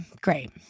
great